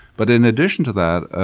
but in addition to that,